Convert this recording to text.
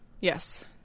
yes